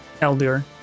elder